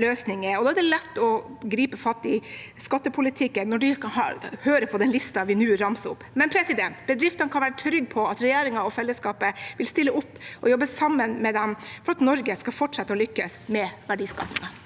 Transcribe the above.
løsninger. Det er lett å gripe fatt i skattepolitikken når man ikke hører på den listen vi nå ramser opp. Men bedriftene kan være trygge på at regjeringen og fellesskapet vil stille opp og jobbe sammen med dem for at Norge skal fortsette å lykkes med verdiskapingen.